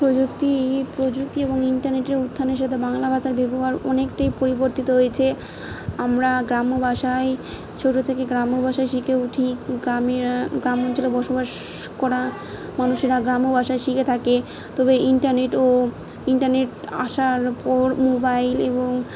প্রযুক্তি প্রযুক্তি এবং ইন্টারনেটের উত্থানের সাথে বাংলা ভাষার ব্যবহার অনেকটাই পরিবর্তিত হয়েছে আমরা গ্রাম্য ভাষায় ছোটো থেকে গ্রাম্য ভাষা শিখেও ঠিক গ্রামের গ্রাম অঞ্চলে বসবাস করা মানুষেরা গ্রাম্যভাষায় শিখে থাকে তবে ইন্টারনেট ও ইন্টারনেট আসার পর মোবাইল এবং